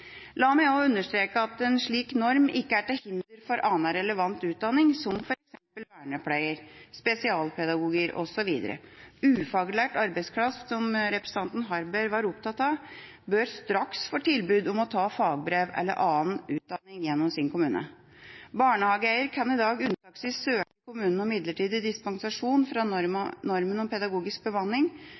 La meg også understreke at en slik norm ikke er til hinder for annen relevant utdanning, som f.eks. vernepleier, spesialpedagog osv. Ufaglært arbeidskraft, som representanten Harberg var opptatt av, bør straks få tilbud av sin kommune om å ta fagbrev eller annen utdanning. Barnehageeier kan i dag unntaksvis søke kommunen om midlertidig dispensasjon fra normen om pedagogisk bemanning.